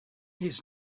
his